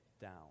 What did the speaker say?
down